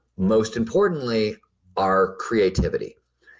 most importantly our creativity.